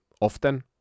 often